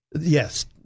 yes